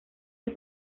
del